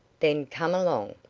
then come along.